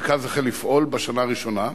המרכז החל לפעול בשנה הראשונה,